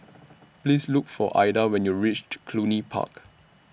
Please Look For Adah when YOU REACH Cluny Park